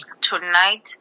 Tonight